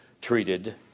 treated